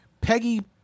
Peggy